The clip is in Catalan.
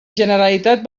generalitat